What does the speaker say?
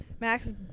Max